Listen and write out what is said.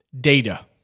data